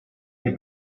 мне